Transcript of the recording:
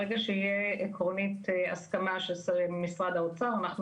ברגע שיהיה עקרונית הסכמה של שרי משרד האוצר אנחנו